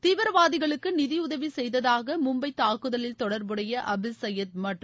தீவிரவாதிகளுக்கு நிதியுதவி செய்ததாக மும்பை தாக்குதலில் தொடர்புடைய ஹபீஸ் சயீத் மற்றும்